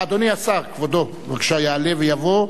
אדוני השר, כבודו, בבקשה יעלה ויבוא,